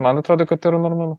man atrodo kad tai yra normalu